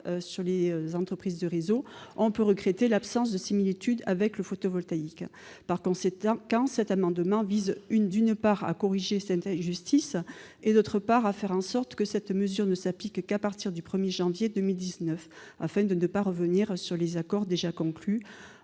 sur les entreprises de réseaux, on peut regretter l'absence de similitude avec le photovoltaïque. Par conséquent, cet amendement vise, d'une part, à corriger cette injustice et, d'autre part, à faire en sorte que cette mesure ne s'applique qu'à partir du 1 janvier 2019, afin de ne pas revenir sur les accords déjà conclus